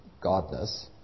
Godness